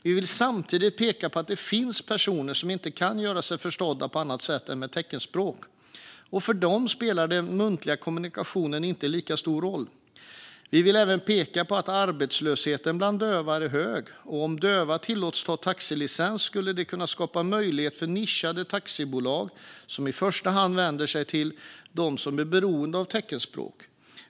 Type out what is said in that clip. Vi vill samtidigt peka på att det finns personer som inte kan göra sig förstådda på annat sätt än med teckenspråk, och för dem spelar den muntliga kommunikationen inte lika stor roll. Vi vill även peka på att arbetslösheten bland döva är hög. Om döva tillåts ta taxilicens skulle det kunna skapa möjligheter för nischade taxibolag som i första hand vänder sig till dem som är beroende av teckenspråk.